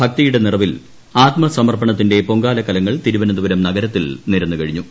ഭക്തിയുടെ നിറവിൽ ആത്മ സമർപ്പണത്തിന്റെ പൊങ്കാല കലങ്ങൾ തിരുവനന്തപുരം നഗരത്തിൽ നിരന്നു കഴിഞ്ഞു